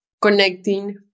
connecting